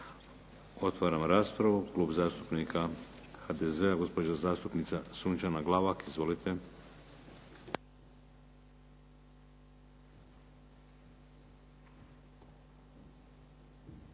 Otvaram raspravu. Klub zastupnika HDZ-a, gospođa zastupnica Sunčana Glavak. Izvolite.